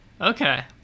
Okay